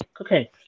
okay